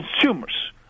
consumers